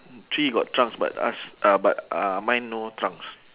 tree got trunks but us uh but uh mine no trunks